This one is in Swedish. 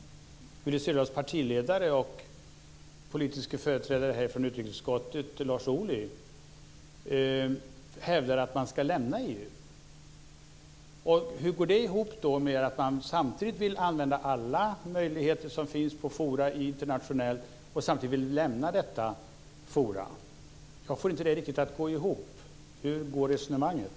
Willy Söderdahls partiledare och politiske företrädare från utrikesutskottet, Lars Ohly, hävdar att man ska lämna EU. Hur går det ihop med att man vill använda alla möjligheter som finns i detta internationella forum och samtidigt vill lämna detta forum? Jag får det inte riktigt att gå ihop. Hur går resonemanget?